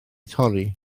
torri